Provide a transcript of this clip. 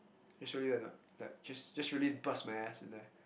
like just just really bust my ass in there